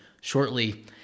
shortly